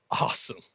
awesome